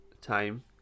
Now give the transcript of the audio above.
time